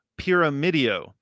Pyramidio